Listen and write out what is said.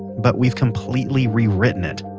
but we've completely re-written it.